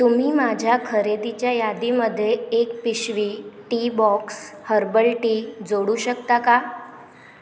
तुम्ही माझ्या खरेदीच्या यादीमध्ये एक पिशवी टीबॉक्स हर्बल टी जोडू शकता का